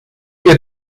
ihr